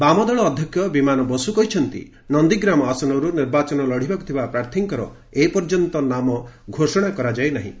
ବାମଦଳ ଅଧ୍ୟକ୍ଷ ବିମାନ ବାସୁ କହିଛନ୍ତି ନନ୍ଦିଗ୍ରାମ ଆସନରୁ ନିର୍ବାଚନ ଲଢିବାକୁ ଥିବା ପ୍ରାର୍ଥୀଙ୍କର ଏପର୍ଯ୍ୟନ୍ତ ନାମ ଘୋଷଣା କରାଯାଇନାହିଁ